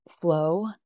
flow